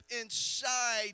inside